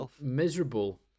miserable